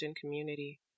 community